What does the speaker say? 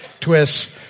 twists